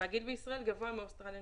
והגיל בישראל גבוה מאוסטרליה,